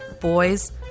boys